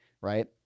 Right